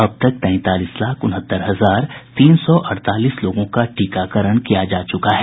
अब तक तैंतालीस लाख उनहत्तर हजार तीन सौ अड़तालीस लोगों का टीकाकरण किया जा चुका है